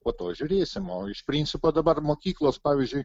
po to žiūrėsim o iš principo dabar mokyklos pavyzdžiui